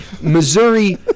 Missouri